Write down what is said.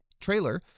trailer